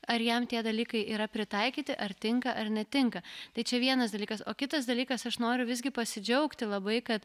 ar jam tie dalykai yra pritaikyti ar tinka ar netinka tai čia vienas dalykas o kitas dalykas aš noriu visgi pasidžiaugti labai kad